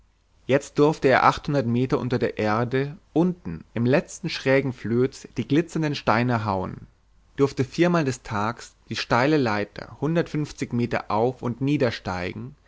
jetzt durfte er achthundert meter unter der erde unten im letzten schrägen flöz die glitzernden steine hauen durfte viermal des tags die steile leiter hundertundfünfzig meter auf und nieder